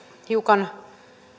hiukan